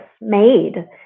made